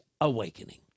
Awakening